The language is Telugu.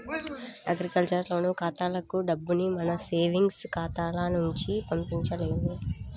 అగ్రికల్చర్ లోను ఖాతాలకు డబ్బుని మన సేవింగ్స్ ఖాతాల నుంచి పంపించలేము